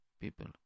people